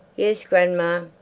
yes, grandma.